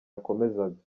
yakomezaga